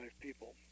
people